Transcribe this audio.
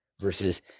versus